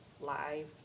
live